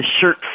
shirt